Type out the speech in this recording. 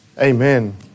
Amen